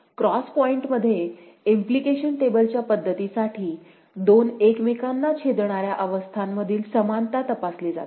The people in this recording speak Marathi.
क्रॉस पॉइंटमध्ये इम्प्लिकेशन टेबलच्या पद्धतीसाठी दोन एकमेकांना छेदणाऱ्या अवस्थांमधील समानता तपासली जाते